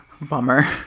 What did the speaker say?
Bummer